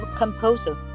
Composer